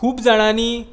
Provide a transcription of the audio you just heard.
खूब जाणांनी